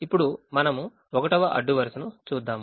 ఇప్పుడు మనం 1వ అడ్డు వరుసను చూద్దాము